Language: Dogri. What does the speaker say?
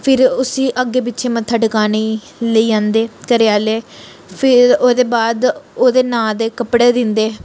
फिर उसी अग्गें पिच्छें मत्था टकाने गी लेई जंदे घरै आह्ले फिर ओह्दे बाद ओह्दे नांऽ दे कपड़े दिंदे